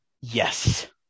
Yes